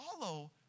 follow